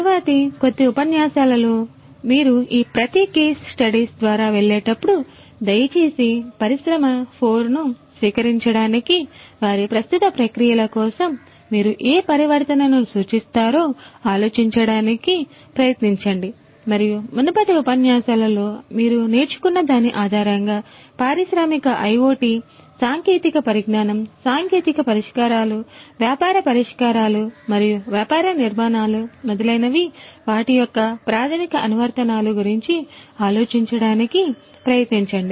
తరువాతి కొద్ది ఉపన్యాసాలలో మీరు ఈ ప్రతి కేస్ స్టడీస్ ద్వారా వెళ్ళేటప్పుడు దయచేసి పరిశ్రమ 4 ను స్వీకరించడానికి వారి ప్రస్తుత ప్రక్రియల కోసం మీరు ఏ పరివర్తనను సూచిస్తారో ఆలోచించడానికి ప్రయత్నించండి మరియు మునుపటి ఉపన్యాసాలలో మీరు నేర్చుకున్నదాని ఆధారంగా పారిశ్రామిక IoT సాంకేతిక పరిజ్ఞానం సాంకేతిక పరిష్కారాలు వ్యాపార పరిష్కారాలు మరియు వ్యాపార నిర్మాణాలు మొదలైన వాటి యొక్క ప్రాథమిక అనువర్తనాలు గురించి ఆలోచించడానికి ప్రయత్నించండి